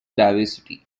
diversity